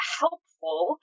helpful